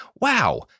Wow